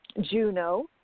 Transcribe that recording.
Juno